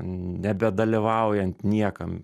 nebe dalyvaujant niekam